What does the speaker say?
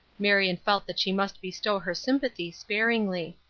marion felt that she must bestow her sympathy sparingly.